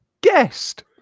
guest